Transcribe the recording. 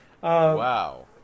Wow